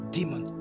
demon